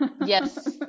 Yes